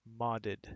modded